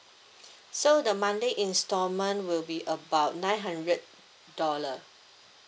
so the monthly installment will be about nine hundred dollar